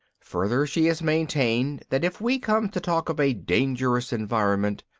further, she has maintained that if we come to talk of a dangerous environment,